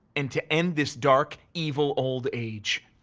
and to end this dark, evil, old age.